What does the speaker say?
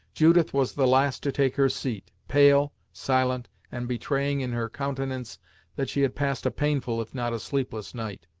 judith was the last to take her seat, pale, silent, and betraying in her countenance that she had passed a painful, if not a sleepless, night.